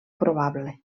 probable